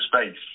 space